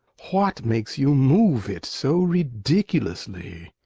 what makes you move it so ridiculously?